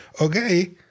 Okay